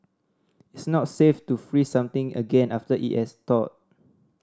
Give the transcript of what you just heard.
it's not safe to freeze something again after it has thawed